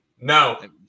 No